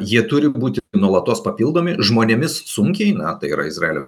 jie turi būti nuolatos papildomi žmonėmis sunkiai na tai yra izraelio